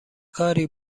کاری